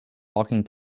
walking